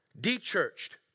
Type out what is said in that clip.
de-churched